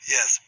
Yes